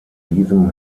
diesem